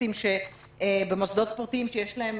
הפסיכותרפיסטים במוסדות פרטיים שיש להם